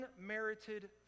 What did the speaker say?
unmerited